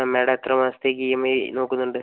madam എത്ര മാസത്തേക്ക് E M I നോക്കുന്നുണ്ട്